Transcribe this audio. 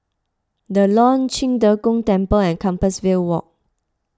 the Lawn Qing De Gong Temple and Compassvale Walk